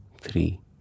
three